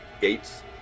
gates